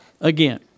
again